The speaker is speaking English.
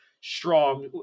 strong